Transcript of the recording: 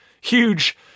huge